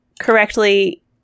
correctly